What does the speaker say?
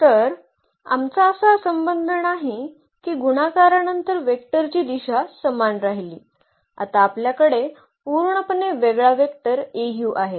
तर आमचा असा संबंध नाही की गुणाकारानंतर वेक्टरची दिशा समान राहिली आता आपल्याकडे पूर्णपणे वेगळा वेक्टर Au आहे